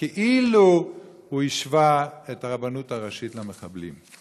שהוא כאילו השווה את הרבנות הראשית למחבלים.